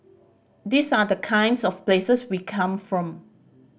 these are the kinds of places we come from